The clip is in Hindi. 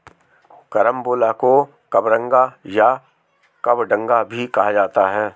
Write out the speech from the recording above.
करम्बोला को कबरंगा या कबडंगा भी कहा जाता है